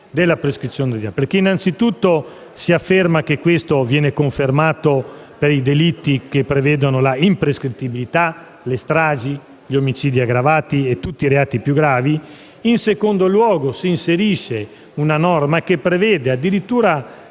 Innanzitutto, si afferma che questo viene confermato per i delitti che prevedono l'imprescrittibilità: le stragi, gli omicidi aggravati e tutti i reati più gravi. In secondo luogo, si inserisce una norma che prevede, addirittura